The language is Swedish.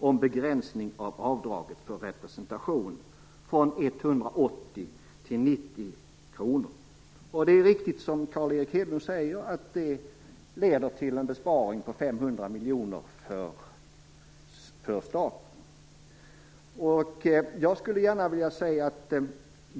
om begränsning av avdraget för representation från 180 till 90 kr. Det är riktigt som Carl Erik Hedlund säger, att det leder till en besparing på 500 miljoner för staten.